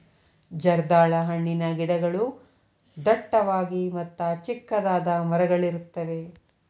ಜರ್ದಾಳ ಹಣ್ಣಿನ ಗಿಡಗಳು ಡಟ್ಟವಾಗಿ ಮತ್ತ ಚಿಕ್ಕದಾದ ಮರಗಳಿರುತ್ತವೆ